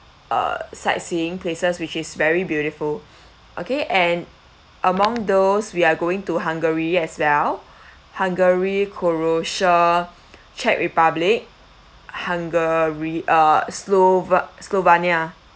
uh sightseeing places which is very beautiful okay and among those we are going to hungary as well hungary croatia czech republic hungary uh slova~ slovenia